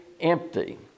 empty